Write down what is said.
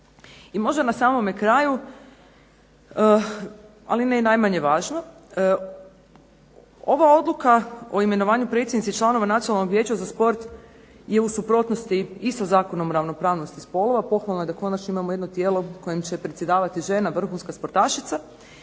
I možda na samome kraju, ali ne i najmanje važno, ova odluka o imenovanju predsjednice i članova Nacionalnog vijeća za sport je u suprotnosti i sa Zakonom o ravnopravnosti spolova, pohvalno je da konačno imamo jedno tijelo kojim će predsjedavati žena vrhunska sportašica,